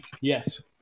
Yes